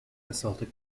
basaltic